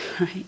right